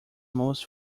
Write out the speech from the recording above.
most